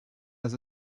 has